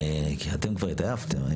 כי אתם כבר התעייפתם.